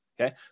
Okay